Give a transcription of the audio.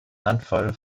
handvoll